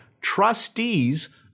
trustees